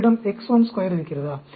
உங்களிடம் X12 இருக்கிறதா